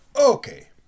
Okay